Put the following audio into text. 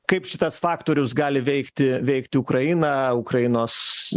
kaip šitas faktorius gali veikti veikti ukrainą ukrainos